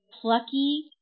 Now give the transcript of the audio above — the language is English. plucky